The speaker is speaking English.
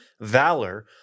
Valor-